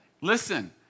Listen